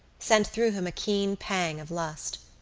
sent through him a keen pang of lust.